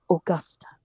Augusta